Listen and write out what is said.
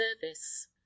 service